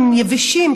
הם יבשים,